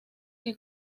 que